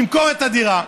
נמכור את הדירה.